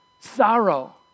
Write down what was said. sorrow